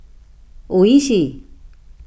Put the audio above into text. Oishi